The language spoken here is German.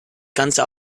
ganze